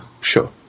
Sure